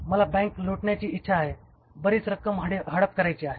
मला बँक लुटण्याची इच्छा आहे बरीच रक्कम हडप करायची आहे